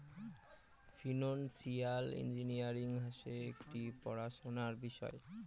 financial engineering হসে একটি পড়াশোনার বিষয়